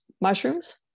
mushrooms